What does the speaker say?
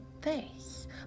face